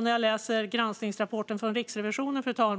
När jag läser granskningsrapporten från Riksrevisionen noterar jag